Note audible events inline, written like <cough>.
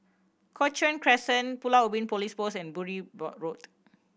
Cochrane Crescent Pulau Ubin Police Post and Bury <unintelligible> Road